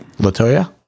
Latoya